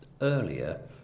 earlier